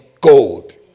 gold